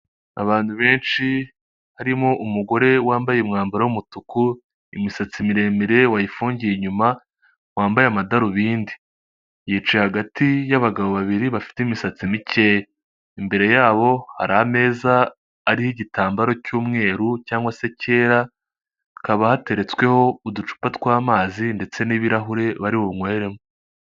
Abantu benshi harimo umugore wambaye umwambaro w'umutuku imisatsi miremire wayifungiye inyuma wambaye amadarubindi, yicaye hagati y'abagabo babiri bafite imisatsi mikeya, imbere yabo hari ameza ariho igitambaro cy'umweru cyangwa se cyera, hakaba hateretsweho uducupa tw'amazi ndetse n'ibirahure bari bunyweremo.